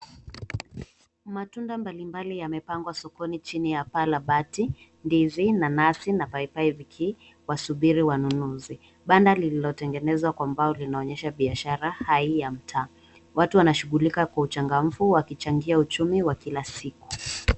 Matunda mbalimbali yamepangwa sokoni chini ya paa la batii; ndizi, nanasi, na paipai vikiwasubiri wanunuzi. Banda lililotengenezwa kwa mbao linaonyesha biashara hai ya mtaa, Watu wanashughulika kwa uchangamfu wakichangia uchumi wa kila siku.